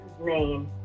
name